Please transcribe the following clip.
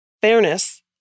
fairness